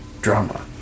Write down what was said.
drama